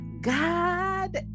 God